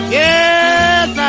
yes